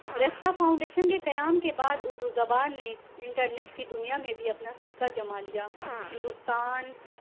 Rekhta foundation کے قیام کے بعد اردو زبان نے انٹرنیٹ کی دنیا میں بھی اپنا سکہ جما لیا ہندوستان